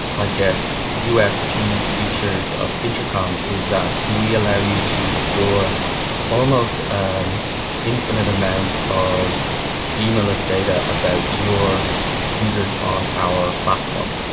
i guess usp features of intercom is that we allow you to store almost an infinite amount of schema-less data about your users on our platform.